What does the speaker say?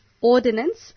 Ordinance